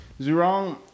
Zurong